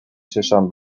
چشام